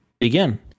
begin